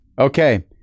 Okay